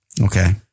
Okay